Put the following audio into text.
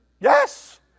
Yes